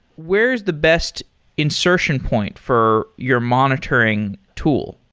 where is the best insertion point for your monitoring tool?